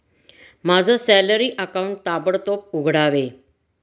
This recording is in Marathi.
माझं सॅलरी अकाऊंट ताबडतोब उघडावे